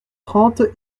trente